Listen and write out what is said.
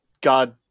God